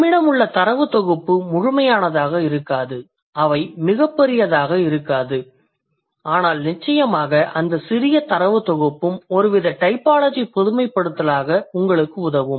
நம்மிடம் உள்ள தரவுத் தொகுப்பு முழுமையானதாக இருக்காது அவை மிகப்பெரியதாக இருக்காது ஆனால் நிச்சயமாக அந்த சிறிய தரவுத் தொகுப்பும் ஒருவித டைபாலஜி பொதுமைப்படுத்தலாக உங்களுக்கு உதவும்